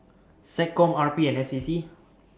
Seccom R P and S A C